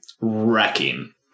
wrecking